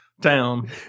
town